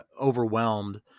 overwhelmed